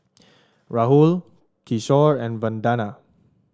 Rahul Kishore and Vandana